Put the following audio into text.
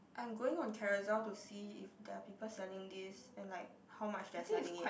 I'm going on Carousell to see if there are people selling this and like how much they are selling it